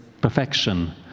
perfection